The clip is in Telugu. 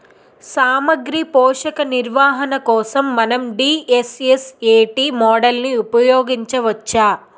సామాగ్రి పోషక నిర్వహణ కోసం మనం డి.ఎస్.ఎస్.ఎ.టీ మోడల్ని ఉపయోగించవచ్చా?